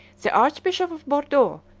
the archbishop of bourdeaux,